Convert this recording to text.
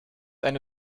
eine